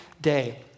day